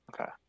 Okay